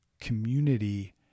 community